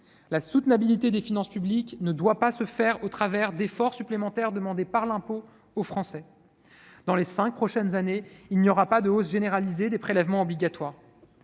La soutenabilité des finances publiques ne doit pas se faire par le biais d'efforts supplémentaires demandés par l'impôt aux Français. Dans les cinq prochaines années, il n'y aura pas de hausse généralisée des prélèvements obligatoires.